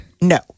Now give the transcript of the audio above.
No